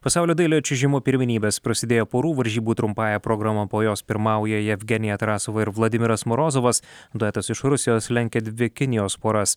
pasaulio dailiojo čiuožimo pirmenybės prasidėjo porų varžybų trumpąja programa po jos pirmauja jevgenija tarasova ir vladimiras morozovas duetas iš rusijos lenkia dvi kinijos poras